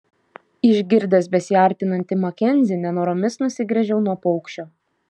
išgirdęs besiartinantį makenzį nenoromis nusigręžiau nuo paukščio